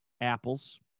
apples